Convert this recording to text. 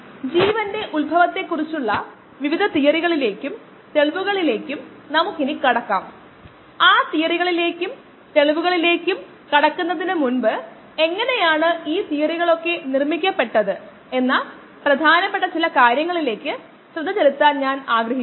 ഇതെല്ലാം സംഭവിക്കാം അത് ഒന്നുകിൽ സിസ്റ്റത്തിലേക്ക് വരാം സിസ്റ്റത്തിൽ നിന്ന് പുറത്തുപോകാം സിസ്റ്റത്തിൽ ഉൽപാദിപ്പിക്കപ്പെടാം അല്ലെങ്കിൽ സിസ്റ്റത്തിൽ ഉപഭോഗം ചെയ്യാം ഇവയുടെയെല്ലാം മൊത്തം ഫലം ശേഖരിച്ച നിരക്കിനോ ശേഖരിക്കപ്പെട്ട തുകയ്ക്കോ തുല്യമായിരിക്കണം അത് ഇവിടെ ഒരു നിരക്കായി പ്രകടിപ്പിക്കുന്നു